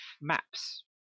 maps